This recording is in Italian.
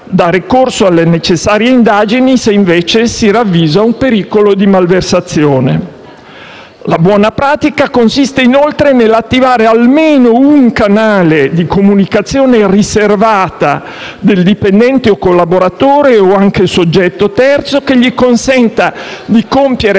dare corso alle necessarie indagini se invece si ravvisa un pericolo di malversazione. La buona pratica consiste inoltre nell'attivare almeno un canale di comunicazione riservata per il dipendente, collaboratore o anche soggetto terzo, che gli consenta di compiere